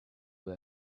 were